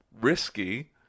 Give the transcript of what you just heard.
risky